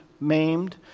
maimed